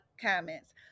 comments